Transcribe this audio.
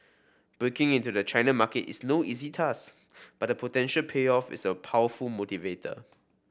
breaking into the China market is no easy task but the potential payoff is a powerful motivator